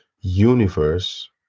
universe